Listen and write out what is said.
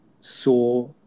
saw